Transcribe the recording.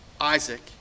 Isaac